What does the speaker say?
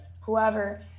whoever